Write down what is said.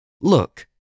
Look